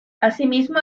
asimismo